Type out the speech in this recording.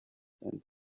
and